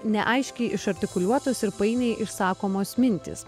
neaiškiai išartikuliuotos ir painiai išsakomos mintys